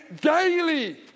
daily